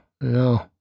No